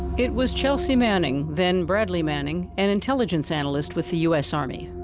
it was chelsea manning, then bradley manning, an intelligence analyst with the u s. army.